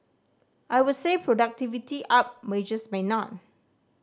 I would say productivity up wages may not